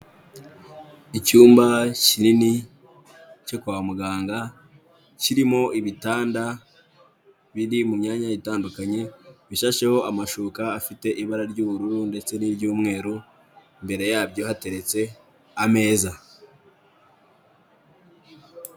Icyumba kinini cyo kwa muganga, kirimo ibitanda biri mu myanya itandukanye, bishasheho amashuka afite ibara ry'ubururu ndetse n'iry'umweru, imbere yabyo hateretse ameza.